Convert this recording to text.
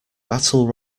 battle